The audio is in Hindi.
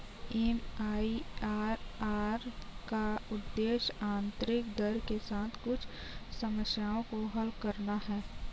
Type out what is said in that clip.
एम.आई.आर.आर का उद्देश्य आंतरिक दर के साथ कुछ समस्याओं को हल करना है